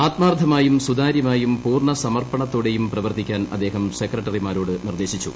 ആത്മാർത്ഥമായും സുതാര്യ മായും പൂർണ്ണ സമർപ്പണത്തോടെയും പ്രവർത്തിക്കാൻ അദ്ദേഹം സെക്രട്ടറിമാരോട് നിർദ്ദേശിച്ചു